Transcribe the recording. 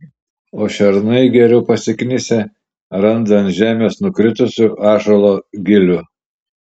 o šernai geriau pasiknisę randa ant žemės nukritusių ąžuolo gilių